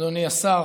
אדוני השר,